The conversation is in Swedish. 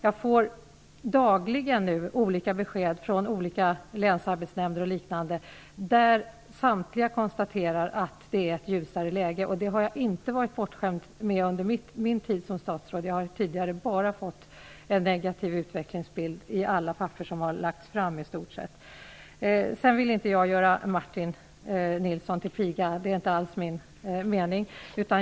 Jag får dagligen olika besked från länsarbetsnämnder och andra. Samtliga konstaterar att läget är ljusare. Sådana besked har jag inte varit bortskämd med under min tid som statsråd. I stort sett i alla papper som tidigare har lagts fram har jag bara sett en negativ utvecklingsbild. Jag vill inte göra Martin Nilsson till piga. Det är inte alls min mening.